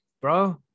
bro